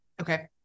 Okay